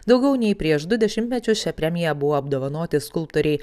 daugiau nei prieš du dešimtmečius šia premija buvo apdovanoti skulptoriai